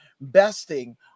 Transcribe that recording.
besting